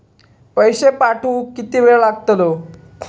पैशे पाठवुक किती वेळ लागतलो?